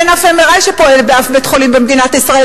אין אף MRI שפועל באף בית-חולים במדינת ישראל,